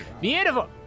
Beautiful